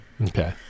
Okay